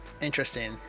interesting